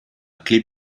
clef